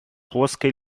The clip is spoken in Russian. плоское